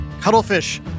cuttlefish